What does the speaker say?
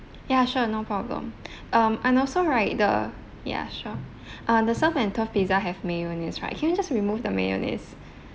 ya sure no problem um and also right the ya sure uh the surf and turf pizza have mayonnaise right can you just remove the mayonnaise